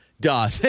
duh